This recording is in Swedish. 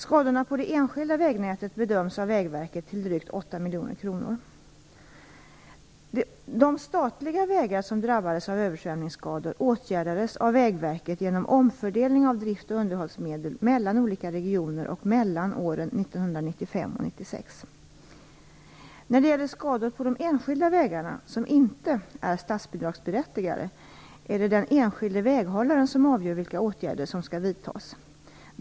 Skadorna på det enskilda vägnätet bedöms av Vägverket till drygt 8 miljoner kronor. När det gäller skador på de enskilda vägar som inte är statsbidragsberättigade är det den enskilde väghållaren som avgör vilka åtgärder som skall vidtas.